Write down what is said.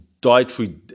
dietary